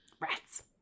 Rats